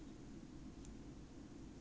!aiya! good and